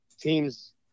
team's